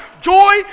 Joy